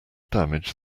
damage